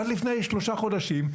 עד לפני שלושה חודשים,